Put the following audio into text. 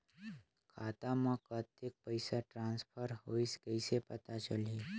खाता म कतेक पइसा ट्रांसफर होईस कइसे पता चलही?